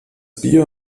bier